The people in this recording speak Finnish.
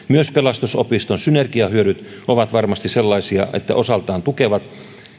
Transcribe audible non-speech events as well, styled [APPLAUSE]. [UNINTELLIGIBLE] myös pelastusopiston synergiahyödyt ovat varmasti sellaisia että ne osaltaan tukevat